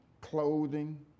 clothing